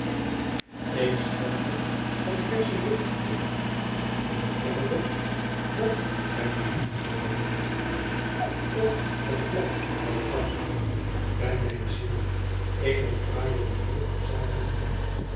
ik schepte wat versche lucht heer in den kelder dat gij mij niet hoordet op het plat van het dak bij mijne ziel eene fraaie manier van zaken doen